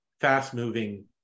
fast-moving